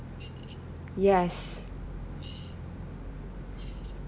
yes